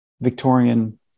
Victorian –